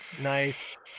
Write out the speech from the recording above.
Nice